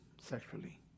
sexually